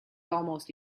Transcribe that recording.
almost